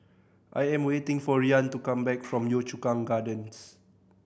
I am waiting for Rian to come back from Yio Chu Kang Gardens